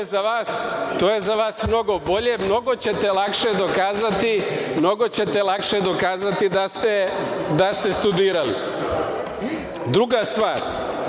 To je za vas mnogo bolje i mnogo ćete lakše dokazati da ste studirali. Druga stvar,